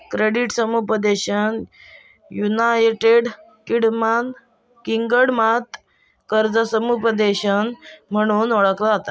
credit समुपदेशन united किंगडमात कर्जा समुपदेशन म्हणून ओळखला जाता